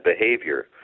behavior –